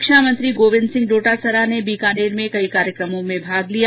शिक्षा मंत्री गोविन्द सिंह डोटासरा ने बीकानेर में कई कार्यक्रमों में भाग लिया